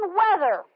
weather